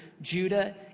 Judah